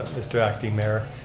mr. acting mayor.